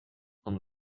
und